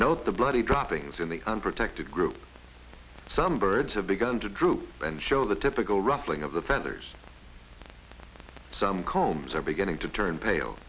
note the bloody droppings in the unprotected group some birds have begun to droop and show the typical ruffling of the feathers some combs are beginning to turn pale